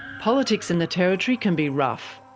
politics in the territory can be rough.